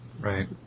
Right